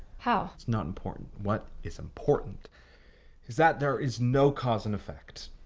how? it's not important. what is important is that there is no cause and effect.